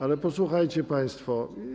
Ale posłuchajcie państwo.